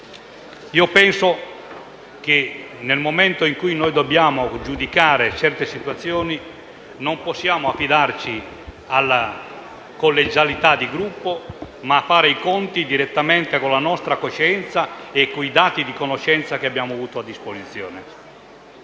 infatti che, nel momento in cui dobbiamo giudicare certe situazioni, non possiamo affidarci alla collegialità di Gruppo ma fare i conti direttamente con la nostra coscienza e con i dati di conoscenza che abbiamo avuto a disposizione.